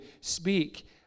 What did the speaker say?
speak